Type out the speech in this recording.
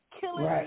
killing